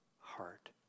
heart